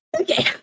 Okay